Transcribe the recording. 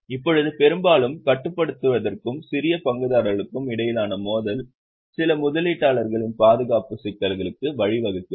இப்போது பெரும்பாலும் கட்டுப்படுத்துவதற்கும் சிறிய பங்குதாரர்களுக்கும் இடையிலான மோதல் சில முதலீட்டாளர்களின் பாதுகாப்பு சிக்கல்களுக்கு வழிவகுக்கிறது